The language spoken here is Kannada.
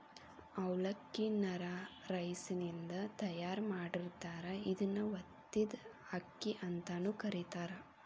ಅವಲಕ್ಕಿ ನ ರಾ ರೈಸಿನಿಂದ ತಯಾರ್ ಮಾಡಿರ್ತಾರ, ಇದನ್ನ ಒತ್ತಿದ ಅಕ್ಕಿ ಅಂತಾನೂ ಕರೇತಾರ